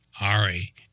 Ari